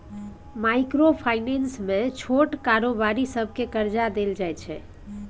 micro finance मे छोट कारोबारी सबकेँ करजा देल जाइ छै